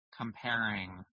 comparing